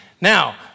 Now